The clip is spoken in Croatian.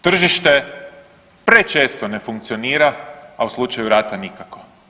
Tržište prečesto ne funkcionira, a u slučaju rata nikako.